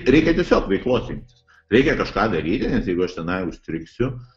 reikia tiesiog veiklos imtis reikia kažką daryti jeigu aš tenai strigsiu